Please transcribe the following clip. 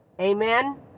Amen